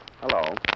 Hello